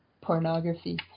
pornography